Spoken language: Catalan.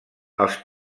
els